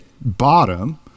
bottom